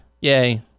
Yay